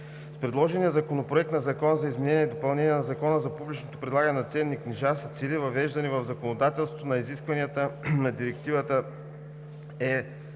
С предложения проект на Закон за изменение и допълнение на Закона за публичното предлагане на ценни книжа (ЗИД на ЗППЦК) се цели въвеждане в законодателството на изискванията на Директива